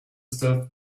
stealth